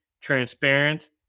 transparent